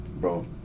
Bro